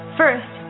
first